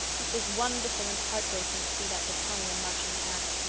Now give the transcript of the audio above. it was wonderful and heartbreaking to see that battalion marching past.